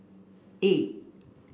eight